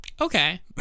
Okay